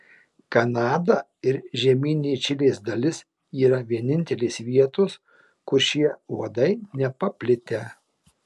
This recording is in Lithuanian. kanada ir žemyninė čilės dalis yra vienintelės vietos kur šie uodai nepaplitę